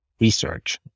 research